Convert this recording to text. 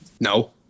no